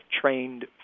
trained